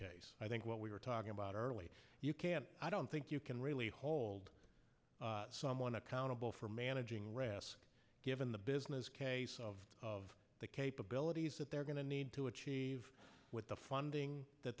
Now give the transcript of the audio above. case i think what we were talking about early i don't think you can really hold someone accountable for managing risk given the business of of the capabilities that they're going to need to achieve with the funding that